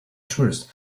tourists